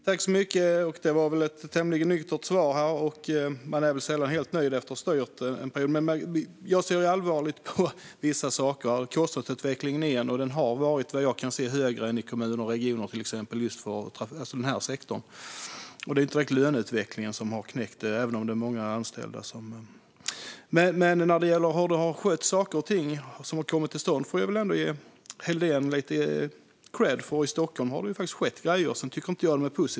Herr talman! Det var väl ett tämligen nyktert svar. Man är sällan helt nöjd efter att ha styrt en period. Jag ser allvarligt på vissa saker. Kostnadsutvecklingen har vad jag kan se varit högre än i till exempel kommuner och regioner i just den här sektorn. Det är inte direkt löneutvecklingen som har knäckt det hela, även om det är många anställda. När det gäller hur man har skött saker och ting som kommit till stånd får jag väl ändå ge Helldén lite kredd, för i Stockholm har det faktiskt skett grejer. Sedan tycker inte jag att de är positiva.